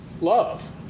Love